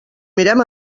mirem